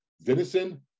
venison